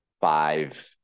five